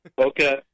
okay